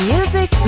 Music